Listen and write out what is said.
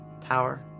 Power